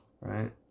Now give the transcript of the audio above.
Right